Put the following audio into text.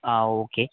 ആ ഓക്കെ